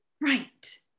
Right